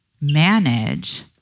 manage